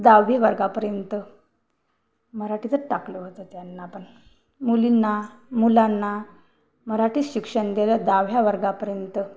दहावी वर्गापर्यंत मराठीतच टाकलं होतं त्यांना पण मुलींना मुलांना मराठीत शिक्षण दिलं दहाव्या वर्गापर्यंत